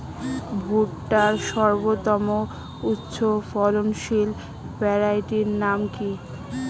ভুট্টার সর্বোত্তম উচ্চফলনশীল ভ্যারাইটির নাম কি?